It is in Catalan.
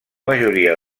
majoria